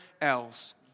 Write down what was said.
else